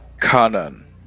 Canon